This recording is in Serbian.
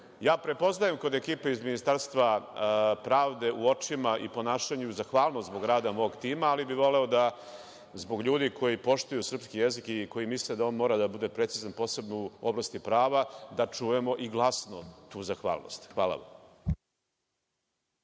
prepoznajem kod ekipe iz Ministarstva pravde u očima i ponašanju zahvalnost zbog rada mog tima, ali bih voleo, zbog ljudi koji poštuju srpski jezik i koji misle da on mora da bude precizan, posebno u oblasti prava, da čujemo i glasno tu zahvalnost. Hvala.